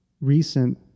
recent